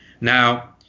now